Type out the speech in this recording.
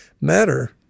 matter